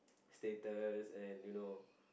status and you know